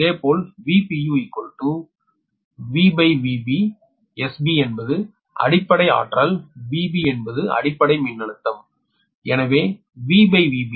இதேபோல் VpuVVB SB என்பது அடிப்படை சக்தி VB என்பது அடிப்படை மின்னழுத்தம் எனவே VVB